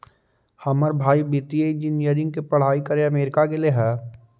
हमर भाई वित्तीय इंजीनियरिंग के पढ़ाई करे अमेरिका गेले हइ